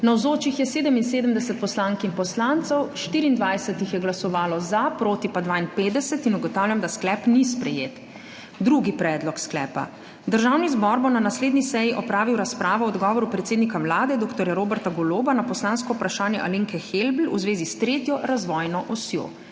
Navzočih je 77 poslank in poslancev, 24 jih je glasovalo za, proti pa 52. (Za je glasovalo 24.) (Proti 52.) Ugotavljam, da sklep ni sprejet. Drugi predlog sklepa: Državni zbor bo na naslednji seji opravil razpravo o odgovoru predsednika Vlade dr. Roberta Goloba na poslansko vprašanje Alenke Helbl v zvezi s 3. razvojno osjo.